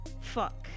Fuck